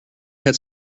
had